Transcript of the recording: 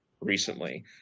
recently